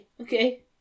Okay